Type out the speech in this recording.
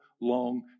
long